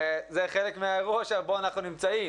זה חלק מהאירוע שבו אנחנו נמצאים,